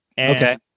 Okay